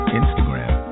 instagram